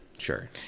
Sure